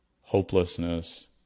hopelessness